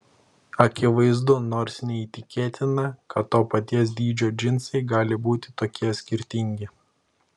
akivaizdu nors neįtikėtina kad to paties dydžio džinsai gali būti tokie skirtingi